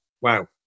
Wow